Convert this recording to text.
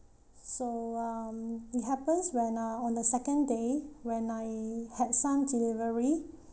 so um it happens when uh on the second day when I had some delivery food food delivery